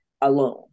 alone